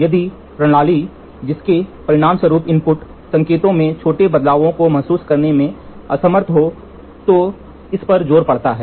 यदि प्रणाली जिसके परिणामस्वरूप इनपुट संकेतों में छोटे बदलावों को महसूस करने में असमर्थ हो तो इस पर जोर पड़ता है